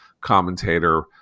commentator